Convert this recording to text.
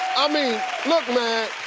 i mean look man,